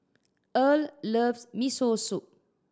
Earl loves Miso Soup